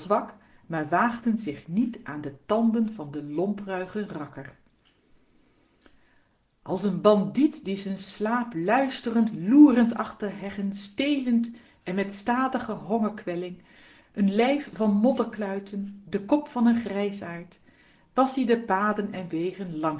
maar waagden zich niet aan de tanden van den lompruigen rakker als n bandiet in z'n slaap luisterend loerend achter heggen stelend en met stadige hongerkwelling n lijf van modderkluiten de kop van n grijsaard was-ie de paden en wegen